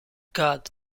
god